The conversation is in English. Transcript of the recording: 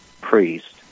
priest